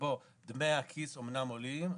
שבו דמי הכיס אמנם עולים,